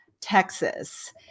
Texas